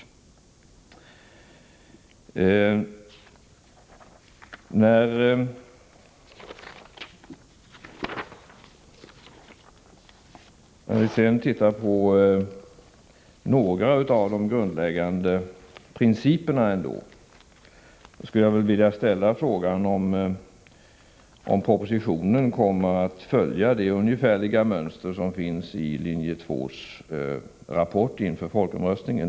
Jag vill sedan se på några av de grundläggande principerna, och då skulle jag vilja ställa frågan om propositionen kommer att följa det ungefärliga mönster som finns i rapporten från linje 2 inför folkomröstningen.